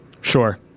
Sure